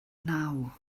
naw